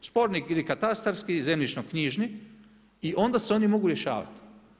Sporni ili katastarski, zemljišno knjižni i onda se oni mogu rješavati.